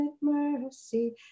mercy